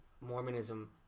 Mormonism